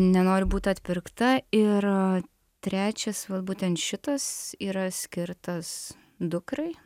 nenoriu būt atpirkta ir trečias būtent šitas yra skirtas dukrai